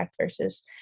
versus